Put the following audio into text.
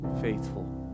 faithful